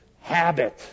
habit